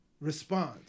response